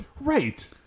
Right